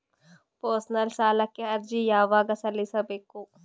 Personal ಸಾಲಕ್ಕೆ ಅರ್ಜಿ ಯವಾಗ ಸಲ್ಲಿಸಬೇಕು?